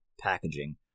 packaging